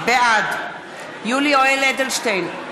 בעד יולי יואל אדלשטיין,